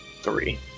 three